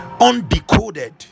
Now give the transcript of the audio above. undecoded